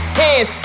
hands